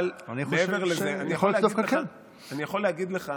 אבל מעבר לזה, אני יכול להגיד לך,